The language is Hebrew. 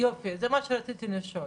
יופי, זה מה שרציתי לשאול.